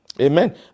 Amen